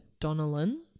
Donnellan